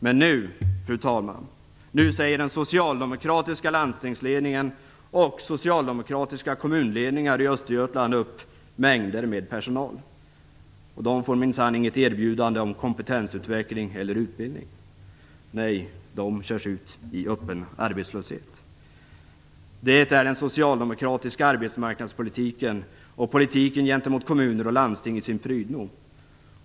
Men nu, fru talman, sägs mängder av personal upp av den socialdemokratiska landstingsledningen och av socialdemokratiska kommunledningar i Östergötland. De får minsann inte något erbjudande om kompetensutbildning eller utbildning. Nej, de körs ut i öppen arbetslöshet. Det är den socialdemokratiska arbetsmarknadspolitiken och politiken gentemot kommuner och landsting i sin prydno.